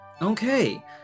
Okay